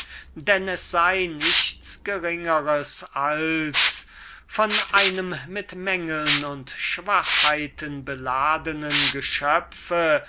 daß es nichts geringers sei als von einem mit mängeln und schwachheiten beladenen geschöpfe